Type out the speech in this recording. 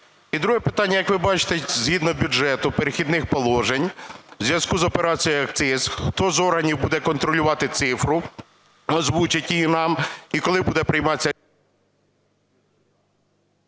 друге питання. Як вибачите, згідно бюджету, "Перехідних положень", в зв'язку із операцією "Акциз", хто з органів буде контролювати цифру, озвучить її нам? І коли буде прийматися...